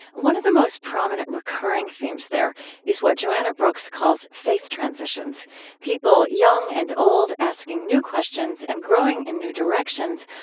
one of the most prominent recurring themes there is what joanna brooks calls faith transitions people young and old asking new questions and growing in new directions,